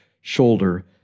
shoulder